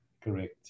Correct